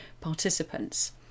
participants